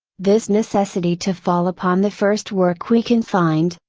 this necessity to fall upon the first work we can find,